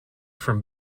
from